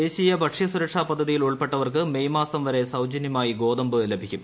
ദേശീയ ഭക്ഷ്യസുരക്ഷാ ്പെദ്ധതിയിൽ ഉൾപ്പെട്ടവർക്ക് മെയ് മാസം വരെ സൌജന്യമായി ഗോതമ്പ് ലഭിക്കും